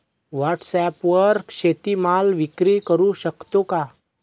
व्हॉटसॲपवर शेती माल विक्री करु शकतो का?